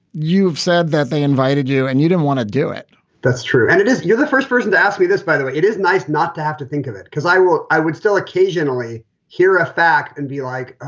you've said that they invited you and you didn't want to do it that's true. and it is. you're the first person to ask me this, by the way. it is nice not to have to think of it, because i will. i would still occasionally hear a fact and be like,